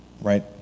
right